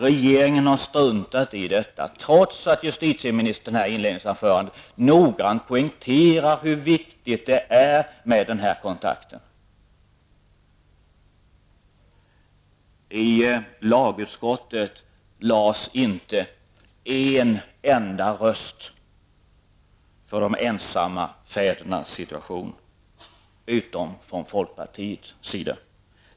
Regeringen har struntat i detta, trots att justitieministern i sitt inledningsanförande noggrant poängterade hur viktigt det är att upprätthålla kontakten. I lagutskottet avgavs inte en enda röst för de ensamma fädernas situation, förutom från folkpartiets sida.